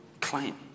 claim